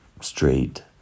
straight